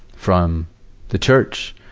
from the church.